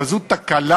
הפעם